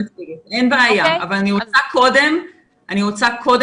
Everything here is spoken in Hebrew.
אין בעיה, אבל אני רוצה קודם להתייחס.